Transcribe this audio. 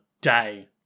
day